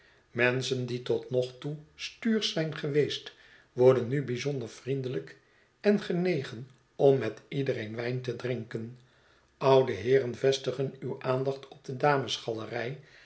menschen die tot nog toe stuursch zijn geweest worden nu bijzonder vriendelijk en genegen om met iedereen wijn te drinken oude heeren vestigen uwe aandacht op de dames galerij